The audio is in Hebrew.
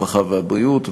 הרווחה והבריאות.